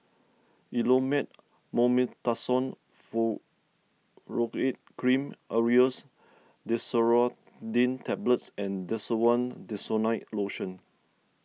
Elomet Mometasone Furoate Cream Aerius DesloratadineTablets and Desowen Desonide Lotion